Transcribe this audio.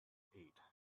eat